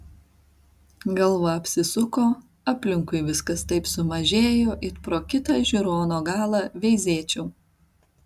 galva apsisuko aplinkui viskas taip sumažėjo it pro kitą žiūrono galą veizėčiau